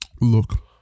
Look